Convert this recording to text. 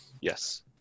Yes